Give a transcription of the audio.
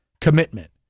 commitment